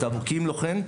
כי אם לא כן,